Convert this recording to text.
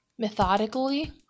methodically